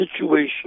situation